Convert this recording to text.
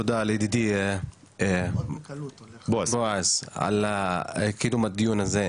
תודה לידידי בועז על קיום הדיון הזה.